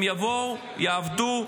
הם יבואו, יעבדו,